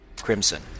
crimson